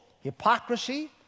hypocrisy